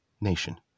nation